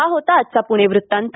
हा होता आजचा पुणे वृत्तांत